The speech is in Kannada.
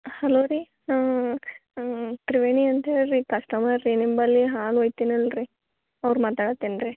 ಹಲೋ ರೀ ಹ್ಞೂ ಹ್ಞೂ ತ್ರಿವೇಣಿ ಅಂತ ಹೇಳಿರಿ ಕಸ್ಟಮರ್ರಿ ನಿಮ್ಮಲ್ಲಿ ಹಾಲು ಒಯ್ತೀನಿ ಅಲ್ರಿ ಅವ್ರು ಮಾತಾಡ್ತೀನಿ ರೀ